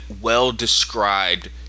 well-described